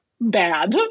bad